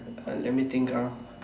uh let me think ah